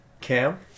Cam